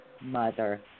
mother